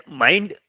mind